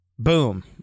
Boom